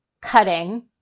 cutting